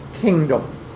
kingdom